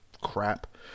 crap